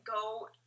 go